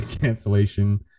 Cancellation